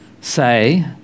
say